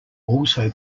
also